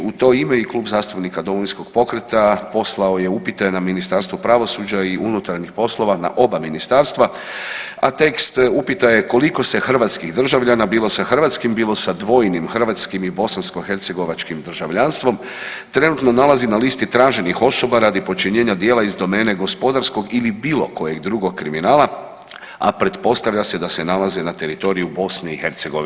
U to ime i Klub zastupnika Domovinskog pokreta poslao je upite na Ministarstvo pravosuđa i unutarnjih poslova na oba ministarstva, a tekst upita je koliko se hrvatskih državljana, bilo sa hrvatskim, bilo sa dvojnim hrvatskim i bosanskohercegovačkim državljanstvom trenutno nalazi na listi traženih osoba radi počinjenja djela iz domene gospodarskog ili bilo kojeg drugog kriminala, a pretpostavlja se da se nalaze na teritoriju BiH.